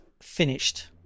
finished